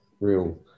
real